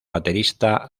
baterista